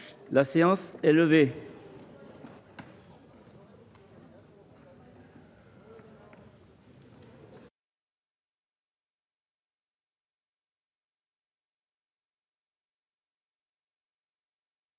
La séance est levée.